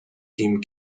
team